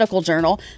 Journal